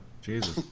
Jesus